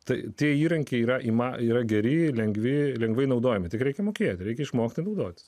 tai tie įrankiai yra ima yra geri lengvi lengvai naudojami tik reikia mokėti reikia išmokti naudoti